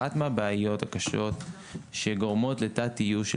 אחת מהבעיות הקשות שגורמות לתת איוש של